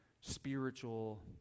spiritual